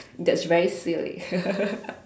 that's very